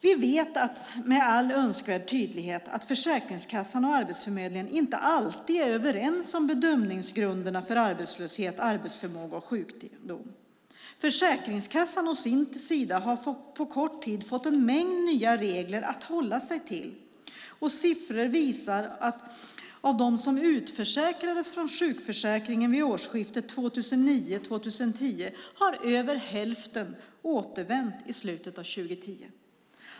Vi vet med all önskvärd tydlighet att Försäkringskassan och Arbetsförmedlingen inte alltid är överens om bedömningsgrunderna för arbetslöshet, arbetsförmåga och sjukdom. Försäkringskassan har å sin sida på kort tid fått en mängd nya regler att hålla sig till, och siffror visar att av dem som utförsäkrades från sjukförsäkringen vid årsskiftet 2009-2010 har över hälften återvänt i slutet av 2010.